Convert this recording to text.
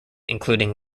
including